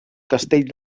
castell